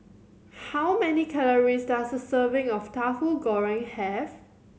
how many calories does a serving of Tahu Goreng have